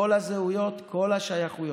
כל הזהויות, כל השייכויות.